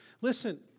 Listen